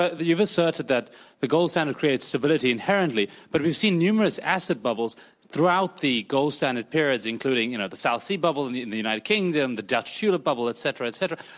ah the you've asserted that the goal standard creates stability inherently, but we've seen numerous asset bubbles throughout the gold standard periods including, you know, the south sea bubble in the in the united kingdom, the dutch tulip bubble, et cetera, et cetera.